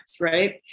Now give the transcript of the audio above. right